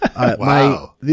Wow